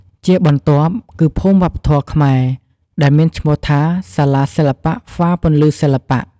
ជាបន្ទាប់គឺភូមិវប្បធម៌ខ្មែរដែលមានឈ្មោះថា សាលាសិល្បៈហ្វារពន្លឺសិល្បៈ។